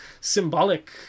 symbolic